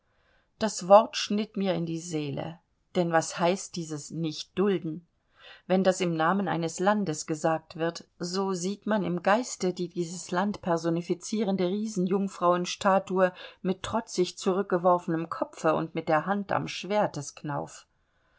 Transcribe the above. das wort schnitt mir in die seele denn was heißt dieses nicht dulden wenn das im namen eines landes gesagt wird so sieht man im geiste die dieses land personifizierende riesenjungfrauen statue mit trotzig zurückgeworfenem kopfe und mit der hand am